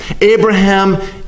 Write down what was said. Abraham